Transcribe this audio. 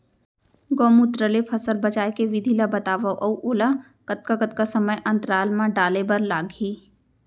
गौमूत्र ले फसल बचाए के विधि ला बतावव अऊ ओला कतका कतका समय अंतराल मा डाले बर लागही?